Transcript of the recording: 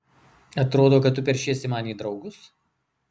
atrodo kad tu peršiesi man į draugus